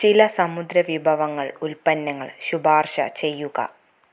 ചില സമുദ്ര വിഭവങ്ങൾ ഉൽപ്പന്നങ്ങൾ ശുപാർശ ചെയ്യുക